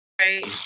Right